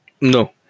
No